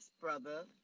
brother